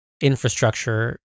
infrastructure